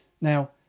Now